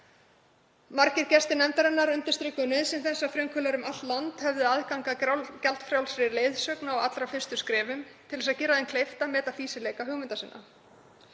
Margir gestir nefndarinnar undirstrikuðu nauðsyn þess að frumkvöðlar um allt land hefðu aðgang að gjaldfrjálsri leiðsögn á allra fyrstu skrefum til að gera þeim kleift að meta fýsileika hugmynda sinna.